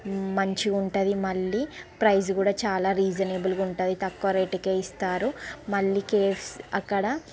మంచిగా ఉంటుంది మళ్ళీ ప్రైస్ కూడా చాలా రీసనేబుల్గా ఉంటుంది తక్కువ రేటికే ఇస్తారు మళ్ళీ కేఎఫ్సీ అక్కడ